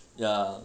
ya